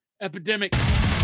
epidemic